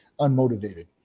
unmotivated